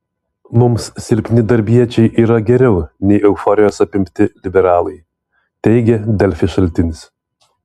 mums silpni darbiečiai yra geriau nei euforijos apimti liberalai teigė delfi šaltinis